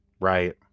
Right